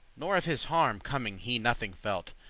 nor of his harm coming he nothing felt.